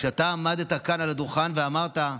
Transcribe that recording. שאתה עמדת כאן על הדוכן ואמרת: